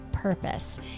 Purpose